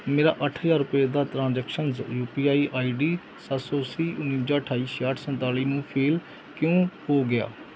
ਮੇਰਾ ਅੱਠ ਹਜ਼ਾਰ ਰੁਪਏ ਦਾ transactions U P I I D ਸੱਤ ਸੌ ਅੱਸੀ ਉਣੰਜਾ ਅਠਾਈ ਛਿਆਹਠ ਸੰਤਾਲੀ ਨੂੰ ਫ਼ੇਲ ਕਿਉ ਹੋ ਗਿਆ